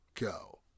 Go